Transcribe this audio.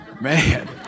Man